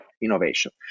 innovation